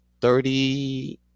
Thirty